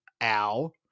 Al